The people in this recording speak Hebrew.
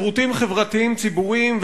שירותים חברתיים ציבוריים,